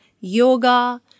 yoga